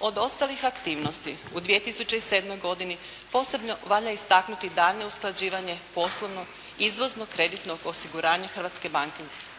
Od ostalih aktivnosti u 2007. godini posebno valja istaknuti daljnje usklađivanje poslovno izvozno-kreditnog osiguranja Hrvatske banke